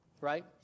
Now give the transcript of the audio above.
Right